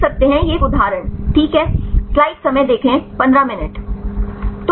आप देख सकते हैं यह एक उदाहरण ठीक है